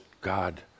God